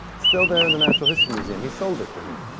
still there in the natural history museum. he sold it to him.